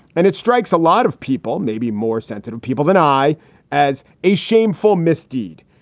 and it strikes a lot of people, maybe more sensitive people than i as a shameful misdeed.